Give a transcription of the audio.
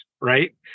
right